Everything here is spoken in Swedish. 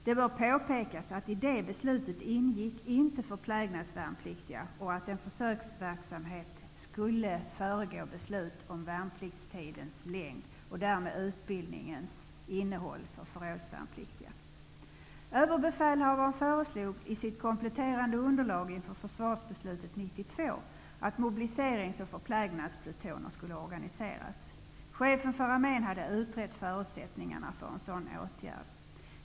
Det bör påpekas att förplägnadsvärnpliktiga inte ingick i detta beslut. Överbefälhavaren föreslog i sitt kompletterande underlag inför försvarsbeslutet år 1992 att mobiliserings och förplägnadsplutoner skulle organiseras. Chefen för armén hade utrett förutsättningarna för en sådan åtgärd.